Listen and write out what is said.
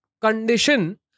condition